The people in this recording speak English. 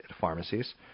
pharmacies